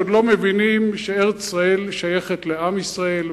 שעוד לא מבינים שארץ-ישראל שייכת לעם ישראל,